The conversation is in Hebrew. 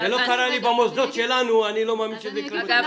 זה לא קרה לי במוסדות שלנו ואני לא מאמין שזה יקרה בתנועות